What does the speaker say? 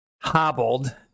hobbled